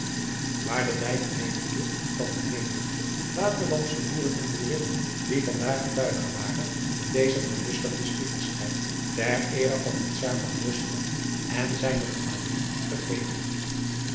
waar de dijk wemelde van de menigte waterlandsche boeren en boerinnen die van daar getuigen waren van dezen verlustigenden spiegelstrijd ter eere van den czaar van rusland en zijne gemalin gegeven